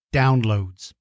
downloads